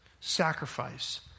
Sacrifice